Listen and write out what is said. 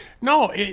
No